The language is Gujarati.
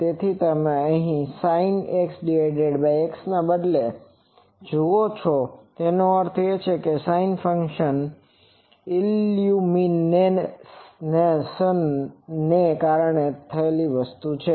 તેથી તમે sinx xના બદલે અહીં જુઓ એનો અર્થ એ કે sin ફંક્શન આ ઈલ્યુમીનેસન ને કારણે થયેલી નવી વસ્તુ છે